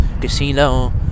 Casino